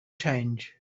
change